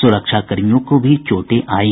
सुरक्षाकर्मियों को भी चोटें आयी